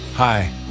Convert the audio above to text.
Hi